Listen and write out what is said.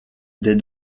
des